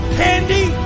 candy